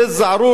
א-זערורה,